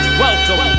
welcome